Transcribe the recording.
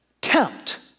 tempt